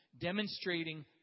Demonstrating